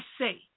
say